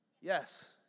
Yes